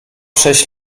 sześć